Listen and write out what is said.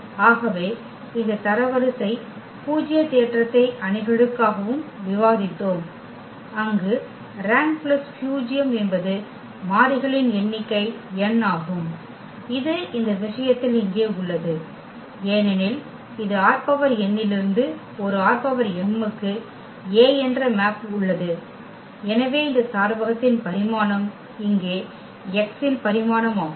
ஆகவே இந்த தரவரிசை பூஜ்ய தேற்றத்தை அணிகளுக்காகவும் விவாதித்தோம் அங்கு ரேங்க் பிளஸ் பூஜ்யம் என்பது மாறிகளின் எண்ணிக்கை n ஆகும் இது இந்த விஷயத்தில் இங்கே உள்ளது ஏனெனில் இது ℝn இலிருந்து ஒரு ℝm க்கு A என்ற மேப் உள்ளது எனவே இந்த சார்பகத்தின் பரிமாணம் இங்கே X இன் பரிமாணமாகும்